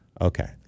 Okay